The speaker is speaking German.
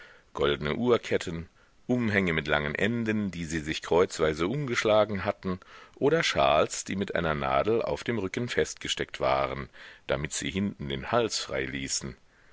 goldne uhrketten umhänge mit langen enden die sie sich kreuzweise umgeschlagen hatten oder schals die mit einer nadel auf dem rücken festgesteckt waren damit sie hinten den hals frei ließen